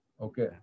Okay